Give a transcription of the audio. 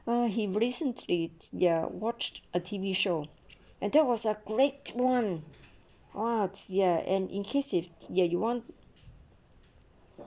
ah he recently ya watched a T_V show and that was a great one !wah! ya and in case if you want